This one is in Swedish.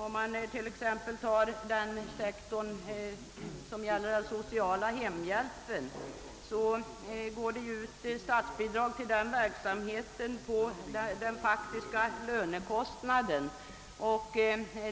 Om man som exempel tar den sektor som gäller den sociala hemhjälpen, utgår till denna verksamhet ett statsbidrag baserat på den faktiska lönekostnaden.